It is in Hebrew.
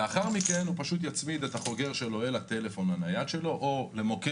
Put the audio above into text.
לאחר מכן הוא פשוט יצמיד את החוגר לטלפון הנייד או למוקד